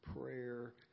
prayer